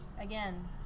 Again